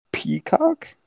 peacock